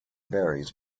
varies